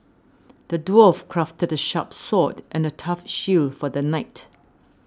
the dwarf crafted a sharp sword and a tough shield for the knight